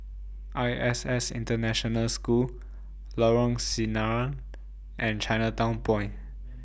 I S S International School Lorong Sinaran and Chinatown Point